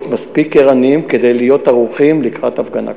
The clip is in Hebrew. מספיק ערניים כדי להיות ערוכים לקראת הפגנה כזאת,